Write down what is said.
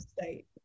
state